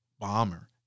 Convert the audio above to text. Bomber